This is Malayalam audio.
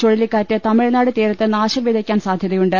ചുഴലിക്കാറ്റ് തമിഴ്നാട് തീരത്ത് നാശം പ്രിത്യക്കാൻ സാധ്യത യുണ്ട്